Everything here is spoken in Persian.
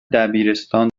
دبیرستان